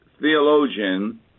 theologian